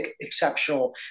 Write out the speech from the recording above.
exceptional